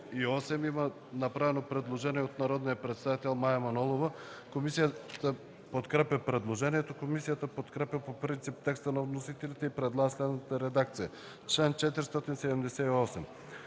– чл. 478. Предложения от народния представител Мая Манолова. Комисията подкрепя предложението. Комисията подкрепя по принцип текста на вносителите и предлага следната редакция на чл. 478: